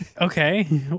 Okay